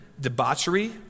debauchery